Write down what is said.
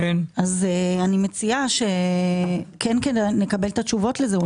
אז אני מציעה שכן נקבל את התשובות לזה.